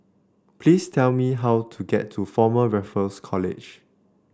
please tell me how to get to Former Raffles College